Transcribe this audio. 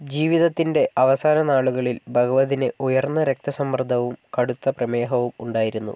ജീവിതത്തിൻ്റെ അവസാന നാളുകളിൽ ഭഗവതിന് ഉയർന്ന രക്തസമ്മർദ്ദവും കടുത്ത പ്രമേഹവും ഉണ്ടായിരുന്നു